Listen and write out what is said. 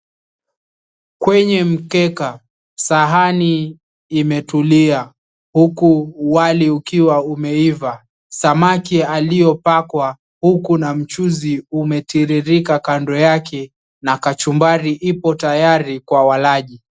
Kwenye mkeka sahani imetulia huku wali ukiwa umeiva, samaki aliyopakwa huku na mchuzi umetiririka kando yake na kachumbari ipo tayari kwa walaji.